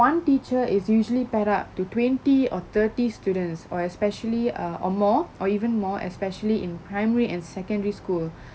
one teacher is usually paired up to twenty or thirty students or especially err or more or even more especially in primary and secondary school